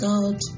God